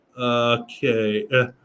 Okay